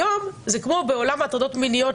היום זה כמו בעולם ההטרדות המיניות,